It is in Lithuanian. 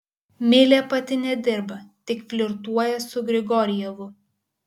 milė pati nedirba tik flirtuoja su grigorjevu